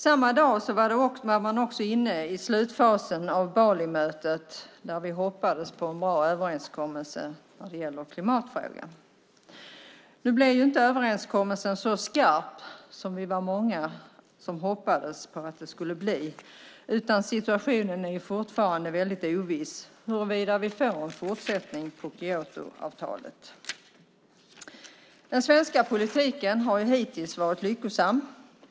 Samma dag var man inne i slutfasen av Balimötet, där vi hoppades på en bra överenskommelse i klimatfrågan. Nu blev inte överenskommelsen så skarp som många av oss hoppades. Situationen är fortfarande oviss huruvida vi får en fortsättning av Kyotoavtalet. Den svenska politiken har hittills varit lyckosam.